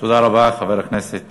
תודה רבה, חבר הכנסת